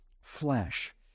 flesh